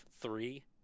three